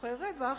לצורכי רווח,